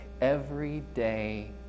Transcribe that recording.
everyday